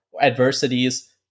adversities